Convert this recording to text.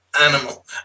animal